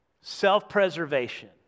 self-preservation